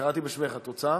קראתי בשמך, את רוצה?